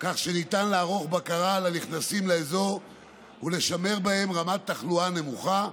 כך שניתן לערוך בקרה על הנכנסים לאזור ולשמר בהם רמת תחלואה נמוכה.